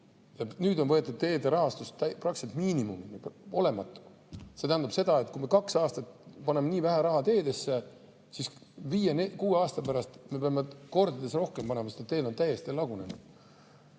Ja nüüd on viidud teede rahastus praktiliselt miinimumini, [see on] olematu. See tähendab seda, et kui me kaks aastat paneme nii vähe raha teedesse, siis viie-kuue aasta pärast me peame kordades rohkem sinna panema, sest need teed on täiesti lagunenud.